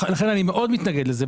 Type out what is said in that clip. לכן אני מאוד מתנגד לזה.